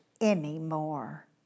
anymore